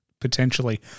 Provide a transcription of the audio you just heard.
Potentially